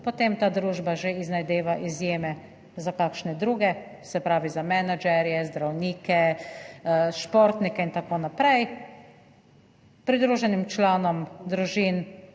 (nadaljevanje) že iznajdeva izjeme za kakšne druge, se pravi, za menedžerje, zdravnike, športnike in tako naprej. Pridruženim članom družin